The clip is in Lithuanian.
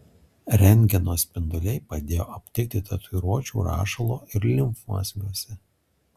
rentgeno spinduliai padėjo aptikti tatuiruočių rašalo ir limfmazgiuose